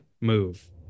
move